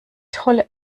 tolle